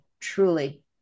truly